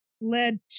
led